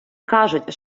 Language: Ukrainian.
кажуть